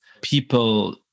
people